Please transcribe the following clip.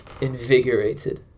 invigorated